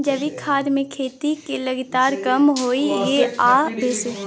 जैविक खाद मे खेती के लागत कम होय ये आ बेसी?